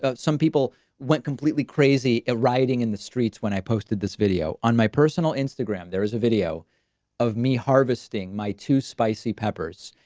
ah some people went completely crazy. rioting in the streets when i posted this video on my personal instagram. there is a video of me harvesting my two spicy peppers.